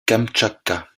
kamtchatka